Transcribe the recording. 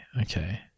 okay